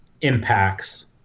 impacts